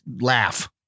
laugh